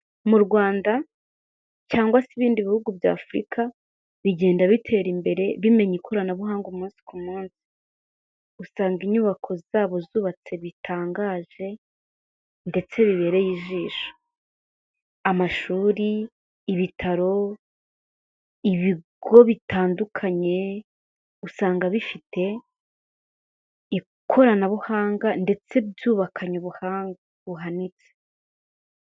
Mu Rwanda cyangwa se ibindi bihugu bya Afurika, bigenda bitera imbere bimenya ikoranabuhanga umunsi ku munsi, usanga inyubako zabo zubatse bitangaje, ndetse bibereye ijisho, amashuri, ibitaro, ibigo bitandukanye, usanga bifite ikoranabuhanga ndetse byubakanye ubuhanga buhanitse.